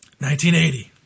1980